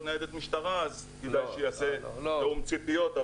ניידת משטרה כדאי שהוא יעשה תיאום ציפיות.